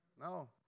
No